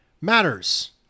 matters